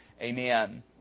Amen